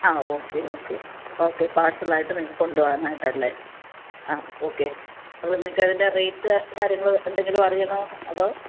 ആ okay okay okay parcel ആയിട്ട് നിങ്ങൾക്ക് കൊണ്ടുപോകാനായിട്ടാണല്ലേ ആ ഓക്കെ അപ്പോൾ നിങ്ങൾക്ക് അതിൻ്റെ റേറ്റ് കാര്യങ്ങൾ എന്തെങ്കിലും അറിയണോ അതോ